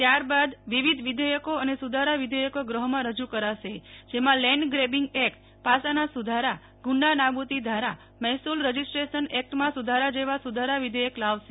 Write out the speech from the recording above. ત્યાર બાદ વિવિધવિધેયકો અને સુધારા વિધેયકો ગૃહમાં રજૂ કરાશે જેમાં લેન્ડ ગ્રેબિંગ એક્ટ પાસાના સુ ધારા ગું ડા નાબૂ દી ધારા મહેસૂ લ રજિસ્ટ્રેશન એક્ટમાં સુધારાજેવા સુધારા વિઘેચક લાવશે